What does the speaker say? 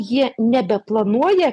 jie nebeplanuoja